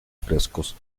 frescos